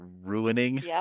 ruining